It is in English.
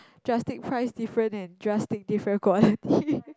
drastic price different and drastic different quality